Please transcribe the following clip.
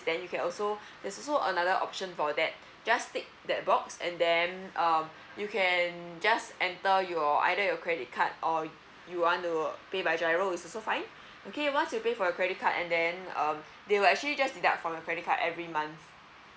then you can also there's also another option for that just tick that box and then um you can just enter your or either your credit card or you want to uh pay by giro is also fine okay once you pay for credit card and then um they were actually just deduct from your credit card every month